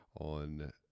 on